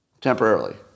temporarily